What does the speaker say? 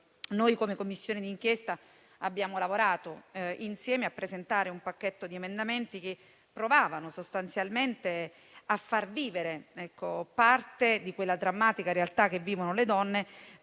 Come Commissione di inchiesta abbiamo lavorato insieme per presentare un pacchetto di emendamenti che provavano sostanzialmente a far vivere parte di quella drammatica realtà che vivono le donne